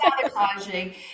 sabotaging